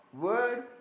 word